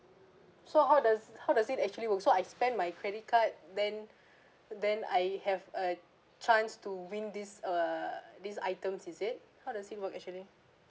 so how does how does it actually work so I spend my credit card then then I have a chance to win these uh these items is it how does it work actually